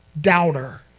doubter